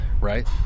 right